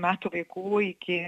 metų vaikų iki